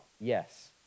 Yes